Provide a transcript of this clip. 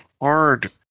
hard